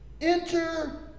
enter